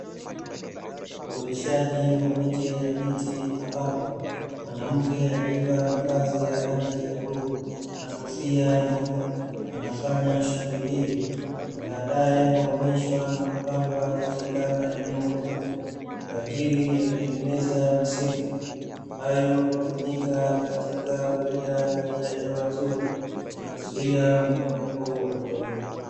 Uoteshaji wa miche ya miti ambapo, mwanamke aliyevaa mavazi ya rangi ya bluu na kofia nyeupe anafanya shughuli hiyo, na baadae huamishwa na kupandwa katika maeneo makubwa, kwaajili ya kutengeneza misitu, ambayo hutumika katika kuleta hali ya hewa nzuri, na kuzuia mmomonyoko wa udongo.